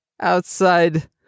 Outside